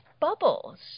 bubbles